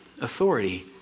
authority